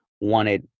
wanted